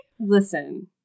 Listen